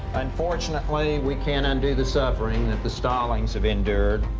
unfortunately, we can't undo the suffering that the stallings have endured.